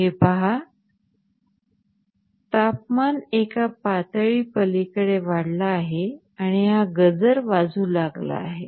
हे पहा तापमाना एका पातळीच्या पलीकडे वाढला आहे आणि हा गजर वाजू लागला आहे